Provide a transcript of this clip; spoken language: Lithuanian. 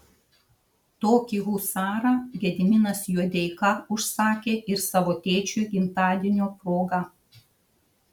tokį husarą gediminas juodeika užsakė ir savo tėčiui gimtadienio proga